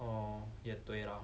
哦也对啦